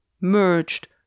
merged